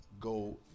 Go